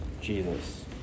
Jesus